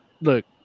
look